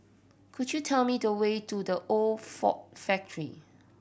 could you tell me the way to The Old Ford Factory